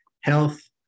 health